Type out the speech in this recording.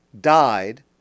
died